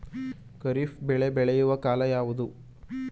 ಖಾರಿಫ್ ಬೆಳೆ ಬೆಳೆಯುವ ಕಾಲ ಯಾವುದು?